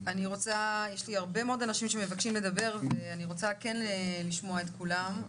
יש הרבה מאוד אנשים שמבקשים לדבר ואני רוצה לשמוע את כולם.